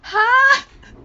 !huh!